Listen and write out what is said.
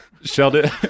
sheldon